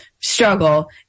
struggle